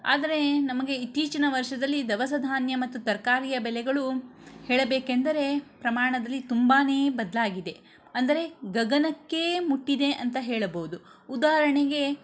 ಆದರೆ ನಮಗೆ ಇತ್ತೀಚಿನ ವರ್ಷದಲ್ಲಿ ದವಸ ಧಾನ್ಯ ಮತ್ತು ತರಕಾರಿಯ ಬೆಲೆಗಳು ಹೇಳಬೇಕೆಂದರೆ ಪ್ರಮಾಣದಲ್ಲಿ ತುಂಬನೇ ಬದಲಾಗಿದೆ ಅಂದರೆ ಗಗನಕ್ಕೆ ಮುಟ್ಟಿದೆ ಅಂತ ಹೇಳಬಹುದು ಉದಾಹರಣೆಗೆ